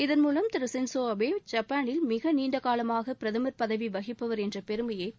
இதன்மூலம் திரு Shinzo Abe ஜப்பானில் மிக நீண்டகாலமாக பிரதமர் பதவி வகிப்பவர் என்ற பெருமையை பெற உள்ளார்